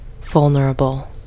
vulnerable